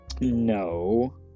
No